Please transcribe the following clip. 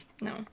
No